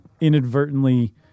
inadvertently